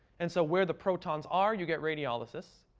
and so where the protons are, you get radiolysis.